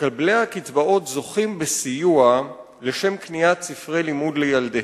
מקבלי הקצבאות זוכים בסיוע לשם קניית ספרי לימוד לילדיהם,